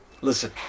listen